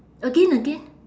again again